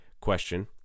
question